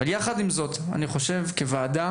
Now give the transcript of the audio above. יחד עם זאת, אני חושב כוועדה